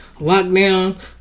lockdown